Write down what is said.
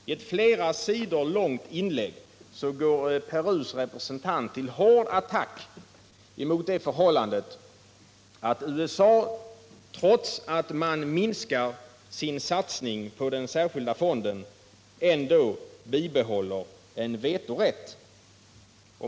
I ett flera sidor långt inlägg går Perus representant till hård attack mot det förhållandet att USA, trots att man minskar sin satsning på den särskilda fonden, bibehåller en vetorätt.